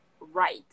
right